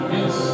Yes